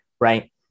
right